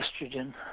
estrogen